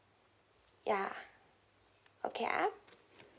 ya okay ah